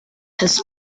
has